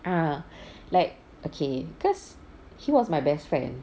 ah like okay cause he was my best friend